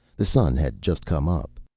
the sun had just come up.